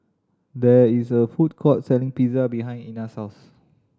there is a food court selling Pizza behind Ina's house